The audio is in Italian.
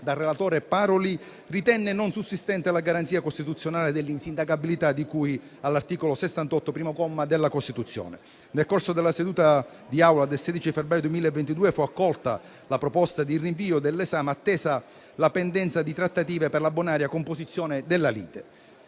dal relatore Paroli, ritenne non sussistente la garanzia costituzionale dell'insindacabilità, di cui all'articolo 68, primo comma, della Costituzione. Nel corso della seduta d'Aula del 16 febbraio 2022 fu accolta la proposta di rinvio dell'esame, attesa la pendenza di trattative per la bonaria composizione della lite.